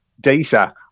data